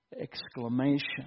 exclamation